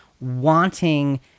wanting